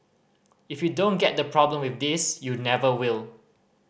if you don't get the problem with this you never will